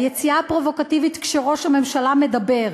היציאה הפרובוקטיבית כשראש הממשלה מדבר.